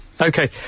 Okay